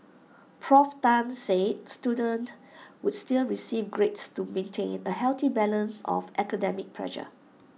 Prof Tan said students would still receive grades to maintain A healthy balance of academic pressure